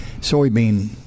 soybean